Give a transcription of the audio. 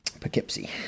Poughkeepsie